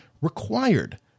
required